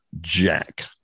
Jack